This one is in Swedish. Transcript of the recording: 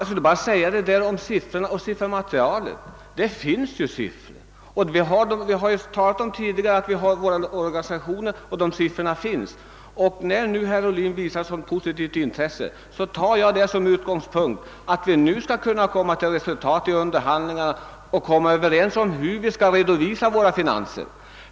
Herr talman! I fråga om siffermaterialet vill jag bara ännu en gång säga, att dessa siffror finns ute bland våra organisationer. När herr Ohlin nu visar ett så positivt intresse, så hoppas jag att vi skall kunna komma till ett resultat i underhandlingarna om hur vi skall redovisa våra finanser.